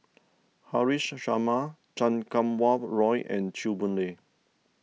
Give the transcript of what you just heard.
Haresh Sharma Chan Kum Wah Roy and Chew Boon Lay